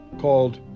called